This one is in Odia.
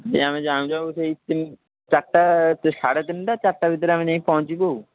ସେଇ ଆମେ ଯାଉଁ ଯାଉଁ ସେଇ ଚାରଟା ସାଢ଼େ ତିନିଟା ଚାରଟା ଭିତରେ ଆମେ ଯାଇଁ ପହଞ୍ଚିବୁ ଆଉ